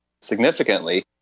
significantly